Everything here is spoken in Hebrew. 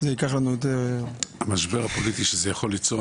זה ייקח לנו --- המשבר הפוליטי שזה יכול ליצור,